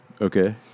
Okay